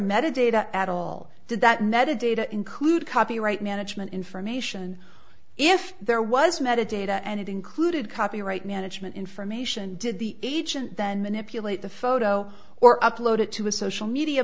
data addle did that netted data include copyright management information if there was mehta data and it included copyright management information did the agent then manipulate the photo or upload it to a social media